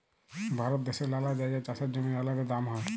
ভারত দ্যাশের লালা জাগায় চাষের জমির আলাদা দাম হ্যয়